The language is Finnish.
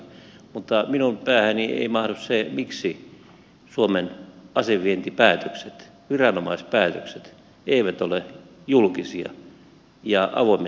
mutta minun päähäni ei mahdu se miksi suomen asevientipäätökset viranomaispäätökset eivät ole julkisia ja avoimesti saatavissa